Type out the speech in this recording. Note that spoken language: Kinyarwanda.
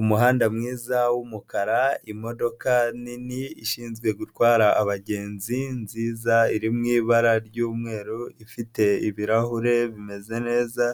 Umuhanda mwiza w'umukara imodoka nini ishinzwe gutwara abagenzi, nziza iri mu ibara ry'umweru ifite ibirahure bimeze neza,